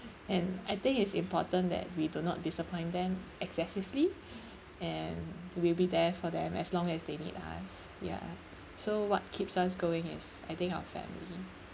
and I think it's important that we do not disappoint them excessively and we'll be there for them as long as they need us ya so what keeps us going is I think our family